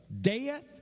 Death